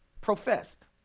professed